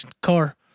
car